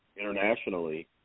internationally